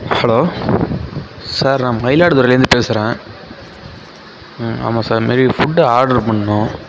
hello sir நான் மயிலாடுதுறைலேருந்து பேசுகிறேன் ம் ஆமாம் சார் இதுமாரி ஃபுட்டு ஆர்டரு பண்ணணும்